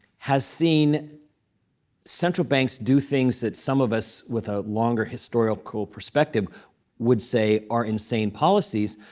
has seen central banks do things that some of us with a longer historical perspective would say are insane policies.